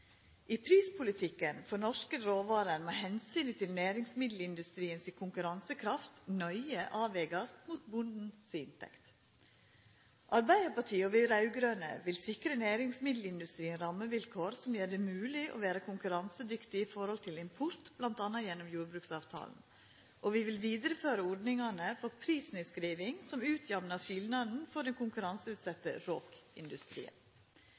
I prispolitikken for norske råvarer må omsynet til næringsmiddelindustrien si konkurransekraft nøye avvegast mot bonden si inntekt. Arbeidarpartiet og dei raud-grøne vil sikra næringsmiddelindustrien rammevilkår som gjer det mogleg å vera konkurransedyktig i forhold til import, bl.a. gjennom jordbruksavtalen, og vi vil vidareføra ordningane for prisnedskriving som utjamnar skilnaden for den